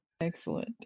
excellent